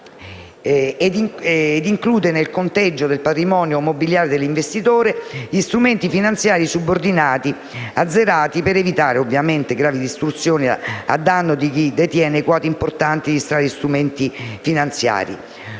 ed includere nel conteggio del patrimonio mobiliare dell'investitore gli strumenti finanziari subordinati azzerati per evitare gravi distorsioni a danno di chi detiene quote importanti di tali strumenti finanziari